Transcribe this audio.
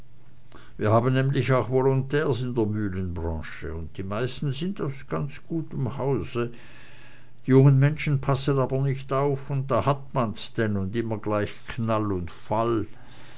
wir haben nämlich auch volontärs in der mühlenbranche und die meisten sind aus ganz gutem hause die jungen menschen passen aber nicht auf und da hat man's denn und immer gleich knall und fall